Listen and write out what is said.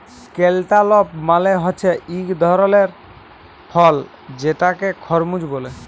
cantaloupe মালে হছে ইক ধরলের ফল যেটাকে খরমুজ ব্যলে